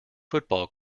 football